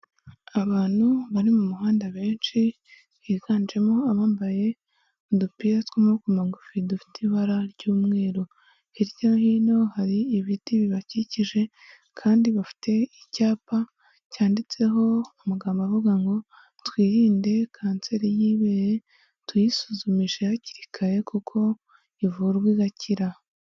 Abantu bari mu muhanda benshi, higanjemo abambaye udupira tw'amaboko magufi dufite ibara ry'umweru. Hirya no hino hari ibiti bibakikije, kandi bafite icyapa cyanditseho amagambo avuga ngo: "Twirinde kanseri y'ibere, tuyisuzumishe hakiri kare kuko ivurwa igakira".